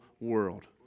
world